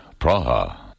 Praha